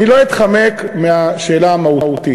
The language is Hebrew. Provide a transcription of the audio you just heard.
אני לא אתחמק מהשאלה המהותית,